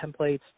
templates